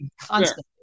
constantly